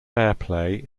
airplay